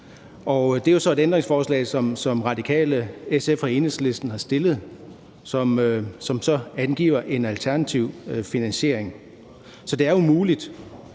jo så et ændringsforslag, som Radikale, SF og Enhedslisten har stillet, og som angiver en alternativ finansiering. Så det er jo muligt.